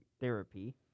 therapy